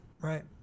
Right